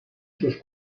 sus